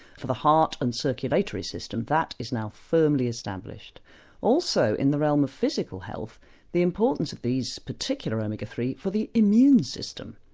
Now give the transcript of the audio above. for the heart and circulatory system, that is now firmly established also in the realm of physical health the importance of these particular omega three for the immune system.